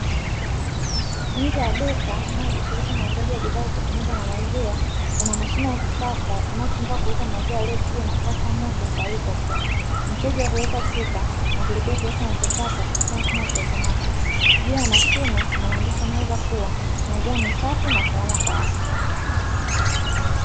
Nje ya duka linalojishughulisha na uuzaji wa bidhaa zitokanazo na maziwa kuna mashine ya kisasa inayotumika kuuza maziwa yaliyopashwa moto tayari kwa kunywa, mteja huweka chupa na kulipia kiasi anachotaka kupitia mfumo wa kiautomatiki, juu ya mashine kuna maandishi yanayoweza kuwa maziwa ni safi na salama kwa afya.